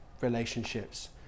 relationships